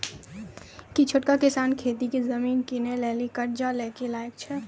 कि छोटका किसान खेती के जमीन किनै लेली कर्जा लै के लायक छै?